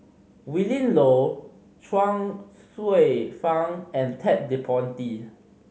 Willin Low Chuang Hsueh Fang and Ted De Ponti